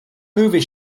movie